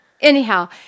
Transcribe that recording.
Anyhow